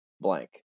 blank